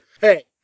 hey